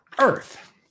earth